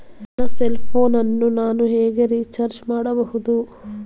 ನನ್ನ cell phone ಅನ್ನು ನಾನು ಹೇಗೆ ರಿಚಾರ್ಜ್ ಮಾಡಬಹುದು?